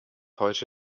heute